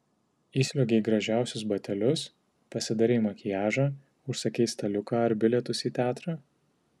įsliuogei į gražiausius batelius pasidarei makiažą užsakei staliuką ar bilietus į teatrą